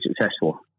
successful